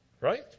Right